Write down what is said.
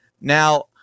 Now